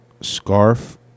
scarf